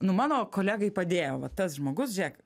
nu mano kolegai padėjo va tas žmogus žiūrėk